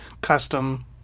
custom